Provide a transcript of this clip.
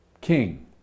king